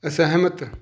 ਅਸਹਿਮਤ